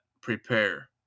prepare